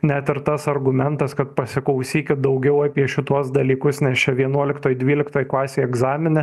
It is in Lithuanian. net ir tas argumentas kad pasiklausykit daugiau apie šituos dalykus nes čia vienuoliktoj dvyliktoj klasėj egzamine